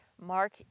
Mark